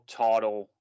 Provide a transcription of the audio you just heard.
title